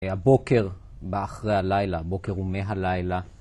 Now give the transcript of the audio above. הבוקר, בא אחרי הלילה, הבוקר הוא מהלילה